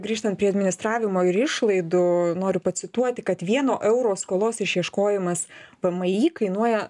grįžtant prie administravimo ir išlaidų noriu pacituoti kad vieno euro skolos išieškojimas vmi kainuoja